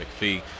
McPhee